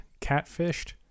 Catfished